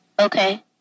Okay